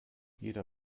jeder